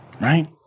right